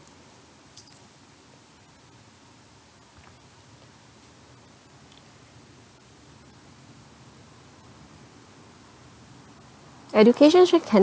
education sure can